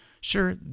sure